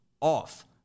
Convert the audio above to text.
off